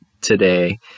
today